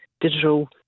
digital